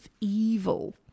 evil